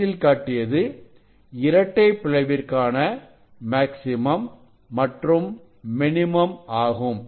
படத்தில் காட்டியது இரட்டைப் பிளவிற்கான மேக்ஸிமம் மற்றும் மினிமம் ஆகும்